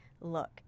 look